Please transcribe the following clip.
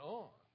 on